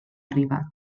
arribat